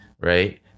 Right